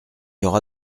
aura